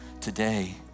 today